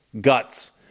guts